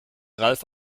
ralf